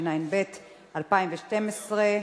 התשע"ב 2012,